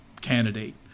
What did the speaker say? candidate